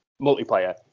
multiplayer